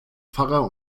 pfarrer